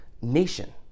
nation